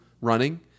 running